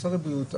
משרד הבריאות,